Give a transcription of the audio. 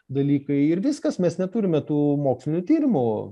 dalykai ir viskas mes neturime tų mokslinių tyrimų